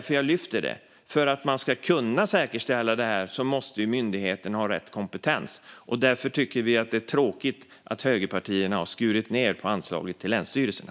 För att man ska kunna säkerställa detta måste myndigheterna ha rätt kompetens. Därför är det tråkigt att högerpartierna har skurit ned på anslaget till länsstyrelserna.